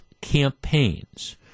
campaigns